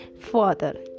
father